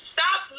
Stop